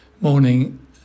Morning